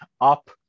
up